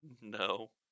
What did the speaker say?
No